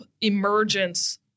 emergence